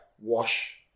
wash